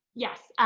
yes,